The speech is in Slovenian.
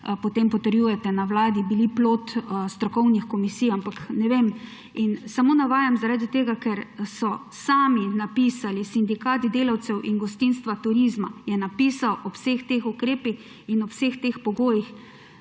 potrjujete na Vladi, plod strokovnih komisij, ampak ne vem. In samo navajam zaradi tega, ker so sami napisali, Sindikat delavcev in gostinstva, turizma je napisal o vseh teh ukrepih in vseh teh pogojih,